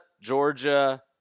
Georgia